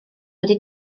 wedi